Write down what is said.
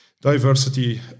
diversity